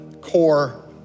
core